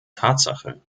tatsache